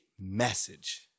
Message